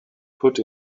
put